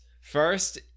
First